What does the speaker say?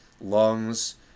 lungs